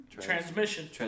Transmission